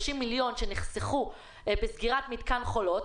מיליון שקלים שנחסכו בסגירת מתקן חולות,